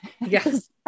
Yes